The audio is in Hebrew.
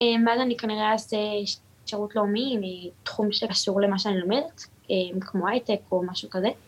ואז אני כנראה אעשה שירות לאומי, תחום שקשור למה שאני לומדת, כמו הייטק או משהו כזה...